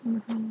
mmhmm